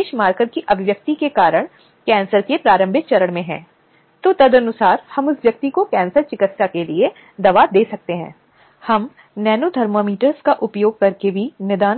सामना करना पड़ा है व्यक्ति या व्यक्ति के चरित्र के साथ उसका कोई लेना देना नहीं है और उस व्यक्ति को यह सुनिश्चित करने के लिए उचित विभाग में जाने का पूरा अधिकार है कि उसके अधिकारों को बनाए रखा जाए